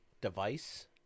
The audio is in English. device